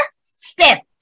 step